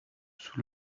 sous